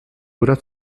oder